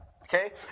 Okay